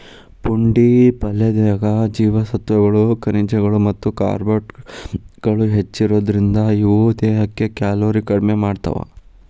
ಪುಂಡಿ ಪಲ್ಲೆದಾಗ ಜೇವಸತ್ವಗಳು, ಖನಿಜಗಳು ಮತ್ತ ಕಾರ್ಬ್ಗಳು ಹೆಚ್ಚಿರೋದ್ರಿಂದ, ಇವು ದೇಹದ ಕ್ಯಾಲೋರಿ ಕಡಿಮಿ ಮಾಡ್ತಾವ